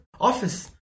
Office